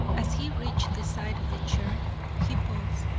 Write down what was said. as he reached the side of the chair he paused,